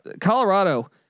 Colorado